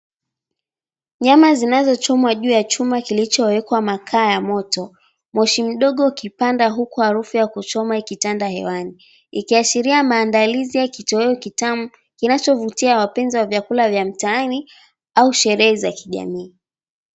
Nyama zinazochomwa juu ya chuma kilichowekwa makaa ya moto, Moshi mdogo ukipanda huku harufu ya kuchoma ikitanda hewani. Ikiashiria maandalizi ya kitoweo kitamu kinachovutia wapenzi wa vyakula vya mtaani au sherehe za kijamii.